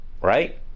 right